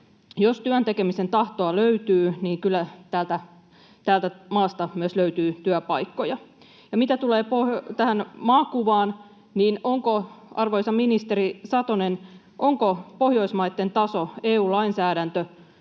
Jos työn tekemisen tahtoa löytyy, niin kyllä tästä maasta myös löytyy työpaikkoja. Mitä tulee tähän maakuvaan, niin onko, arvoisa ministeri Satonen, Pohjoismaitten taso, EU-lainsäädäntö,